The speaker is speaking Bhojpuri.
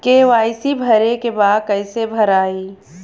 के.वाइ.सी भरे के बा कइसे भराई?